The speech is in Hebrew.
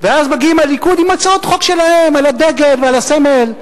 ואז מגיעים הליכוד עם הצעות חוק שלהם על הדגל ועל הסמל.